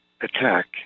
attack